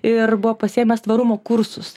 ir buvo pasiėmęs tvarumo kursus